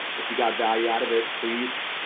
if you got value out of it, please.